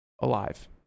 alive